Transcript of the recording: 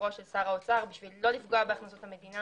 ואישורו של שר האוצר בשביל לא לפגוע בהכנסות המדינה